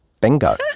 Bingo